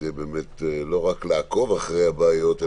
לא רק כדי לעקוב אחרי הבעיות,